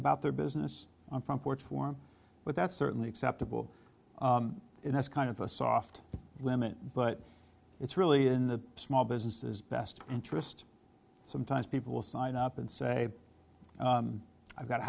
about their business on front porch form but that's certainly acceptable if that's kind of a soft limit but it's really in the small businesses best interest sometimes people will sign up and say i've got a